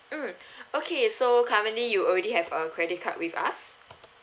mm okay so currently you already have a credit card with us